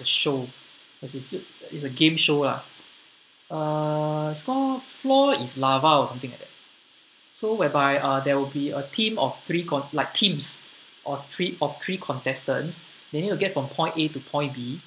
a show as it's is a game show lah uh called floor is lava or something like that so whereby uh there will be a team of three con~ like teams or three of three contestants they need to get from point A to point B